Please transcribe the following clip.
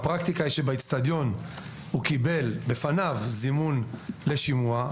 הפרקטיקה היא שהאדם קיבל בפניו באצטדיון זימון לשימוע.